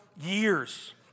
years